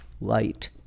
light